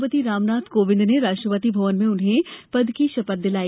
राष्ट्रपति रामनाथ कोविंद ने राष्ट्रपति भवन में उन्हें पद की शपथ दिलाई